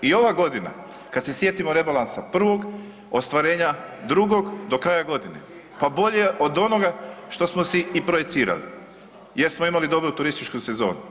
I ova godina kad se sjetimo rebalansa prvog, ostvarenja drugog do kraja godine, pa bolje od onoga što smo si i projicirali jer smo imali dobru turističku sezonu.